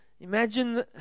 imagine